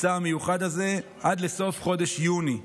המבצע המיוחד הזה, עד לסוף חודש יוני.